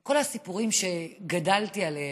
כל הסיפורים שגדלתי עליהם,